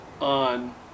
on